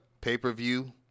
Pay-per-view